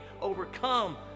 overcome